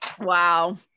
Wow